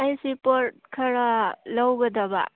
ꯑꯩꯁꯤ ꯄꯣꯠ ꯈꯔ ꯂꯧꯒꯗꯕ